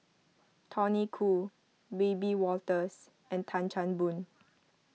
Tony Khoo Wiebe Wolters and Tan Chan Boon